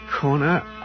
corner